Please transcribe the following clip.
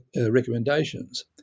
recommendations